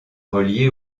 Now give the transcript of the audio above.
reliée